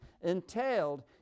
entailed